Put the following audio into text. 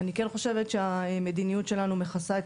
אני כן חושבת שהמדיניות שלנו מכסה את